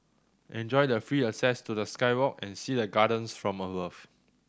enjoy the free access to the sky walk and see the gardens from above